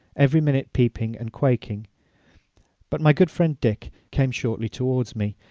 every minute peeping and quaking but my good friend dick came shortly towards me,